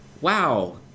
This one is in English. Wow